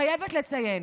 חייבת לציין: